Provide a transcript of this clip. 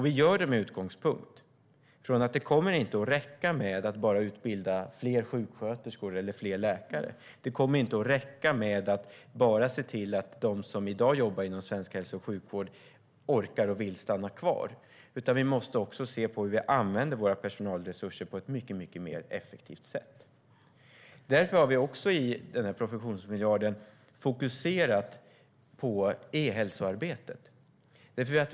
Vi gör det med utgångspunkt från att det inte kommer att räcka med att bara utbilda fler sjuksköterskor eller fler läkare och att det inte kommer att räcka med att bara se till att de som i dag jobbar inom svensk hälso och sjukvård orkar och vill stanna kvar, utan vi måste också se på hur vi använder våra personalresurser på ett mycket mer effektivt sätt. Därför har vi i professionsmiljarden fokuserat på ehälsoarbetet.